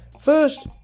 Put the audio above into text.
First